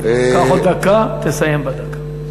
קח עוד דקה, תסיים בדקה.